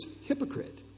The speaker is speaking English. hypocrite